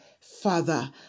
father